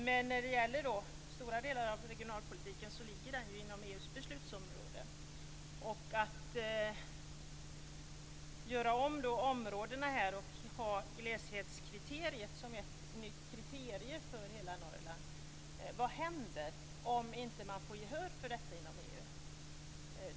Men stora delar av regionalpolitiken ligger inom EU:s beslutsområden. Och vad händer om man gör om områdena här och har gleshetskriteriet som ett nytt kriterium för hela Norrland och om man inte får gehör för detta inom EU?